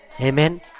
Amen